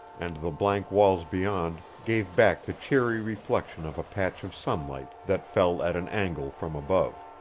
and the blank walls beyond gave back the cheery reflection of a patch of sunlight that fell at an angle from above.